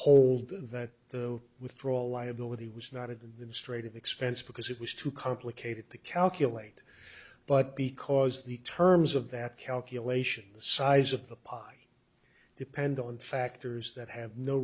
not hold that the withdrawal liability was not administrative expense because it was too complicated to calculate but because the terms of that calculation the size of the pie depend on factors that have no